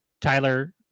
Tyler